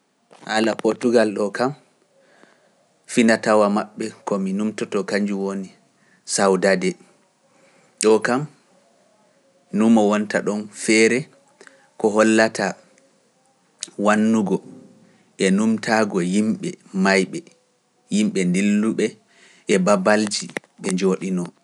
Haala Portugal ɗo kam finatawa maɓɓe ko mi nuumtoto kañju woni sawdade, ɗo kam nuuma wonta ɗon feere ko hollata wannugo e nuumtaago yimɓe mayɓe, yimɓe ndilluɓe e babalji ɓe njooɗinoo.